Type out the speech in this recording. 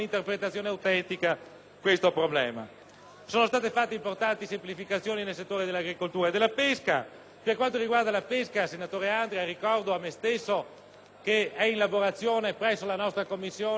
Sono state fatte importanti semplificazioni nel settore dell'agricoltura e della pesca. Per quanto riguarda la pesca, senatore Andria, ricordo a me stesso che è in elaborazione presso la nostra Commissione un disegno di legge che porta la mia firma